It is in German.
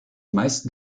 meisten